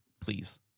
please